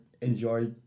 enjoy